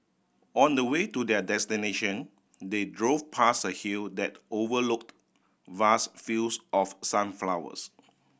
on the way to their destination they drove past a hill that overlooked vast fields of sunflowers